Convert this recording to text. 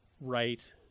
right